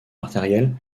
artérielle